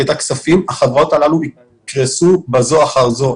החברות הללו יקרסו בזו אחר זו.